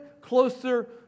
closer